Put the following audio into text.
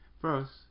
First